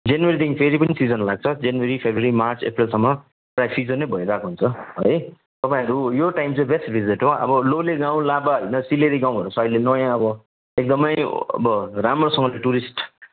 जनवरीदेखि फेरि पनि सिजन लाग्छ जनवरी फेब्रुअरी मार्च अप्रेलसम्म प्रायः सिजनै भइरहेको हुन्छ है तपाईँहरू यो टाइम चाहिँ बेस्ट भिजिट हो अब लोलेगाउँ लाभा होइन सिलेरी गाउँहरू छ अहिले नयाँ अब एकदमै अब राम्रोसँगले टुरिस्ट